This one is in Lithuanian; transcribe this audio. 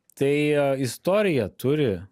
tai istorija turi